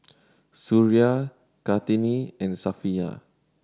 Suria Kartini and Safiya